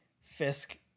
Fisk